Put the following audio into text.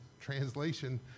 Translation